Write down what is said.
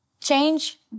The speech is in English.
change